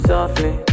Softly